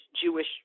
Jewish